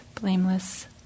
blameless